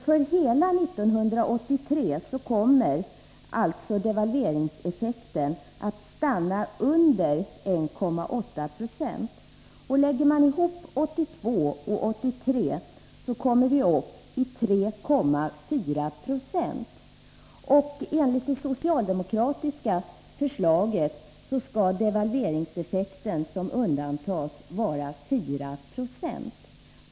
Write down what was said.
För hela 1983 kommer alltså devalveringseffekten att stanna vid 1,8 20. Om vi lägger ihop effekterna för 1982 och 1983, kommer vi upp i 3,4 20. Enligt det socialdemokratiska förslaget skall devalveringseffekten beräknas till 4 Zo.